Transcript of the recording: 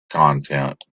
content